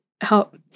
help